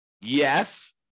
Yes